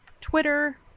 Twitter